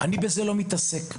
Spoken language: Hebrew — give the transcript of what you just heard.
אני לא מתעסק בזה.